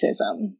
racism